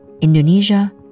Indonesia